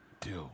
Dude